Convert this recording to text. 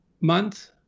month